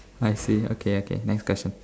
I see okay okay next question